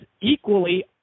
equally